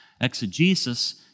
Exegesis